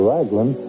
Raglan